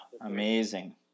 Amazing